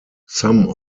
some